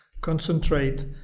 concentrate